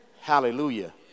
Hallelujah